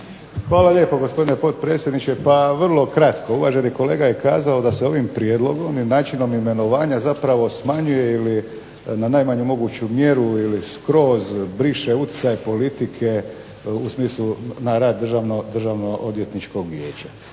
Hvala lijepo, gospodine potpredsjedniče. Pa vrlo kratko. Uvaženi kolega je kazao da se ovim prijedlogom i načinom imenovanja zapravo smanjuje na najmanju moguću mjeru ili skroz briše utjecaj politike u smislu na rad Državno-odvjetničkog vijeća.